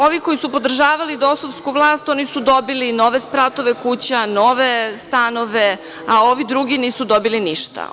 Ovi koji su podržavali dosovsku vlast oni su dobili nove spratove kuća, nove stanove, a ovi drugi nisu dobili ništa.